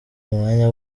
umwanya